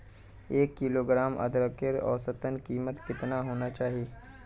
एक किलोग्राम अदरकेर औसतन कीमत कतेक होना चही?